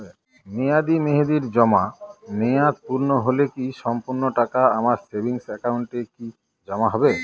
মেয়াদী মেহেদির জমা মেয়াদ পূর্ণ হলে কি সম্পূর্ণ টাকা আমার সেভিংস একাউন্টে কি জমা হবে?